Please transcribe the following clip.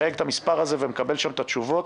מחייג את המספר הזה ומקבל שם את התשובות.